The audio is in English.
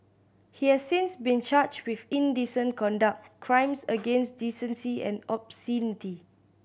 he has since been charged with indecent conduct crimes against decency and obscenity